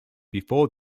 before